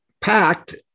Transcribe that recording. packed